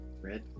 red